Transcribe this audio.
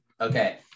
okay